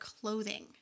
clothing